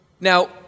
Now